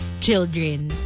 children